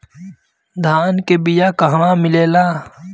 धान के बिया कहवा मिलेला?